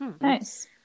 Nice